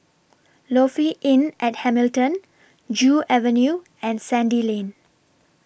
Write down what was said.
Lofi Inn At Hamilton Joo Avenue and Sandy Lane